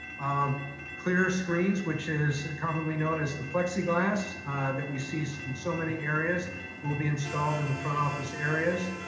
um clear screens, which is commonly known as the plexiglass that we see so in so many areas will be installed in the front office areas.